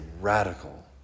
radical